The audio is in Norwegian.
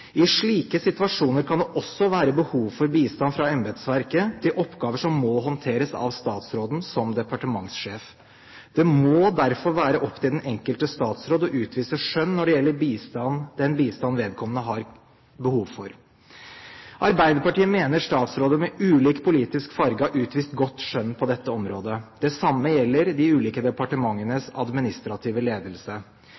I slike situasjoner kan det også være behov for bistand fra embetsverket til oppgaver som må håndteres av statsråden som departementssjef. Det må derfor være opp til den enkelte statsråd å utvise skjønn når det gjelder den bistand vedkommende har behov for. Arbeiderpartiet mener statsråder med ulik politisk farge har utvist godt skjønn på dette området. Det samme gjelder de ulike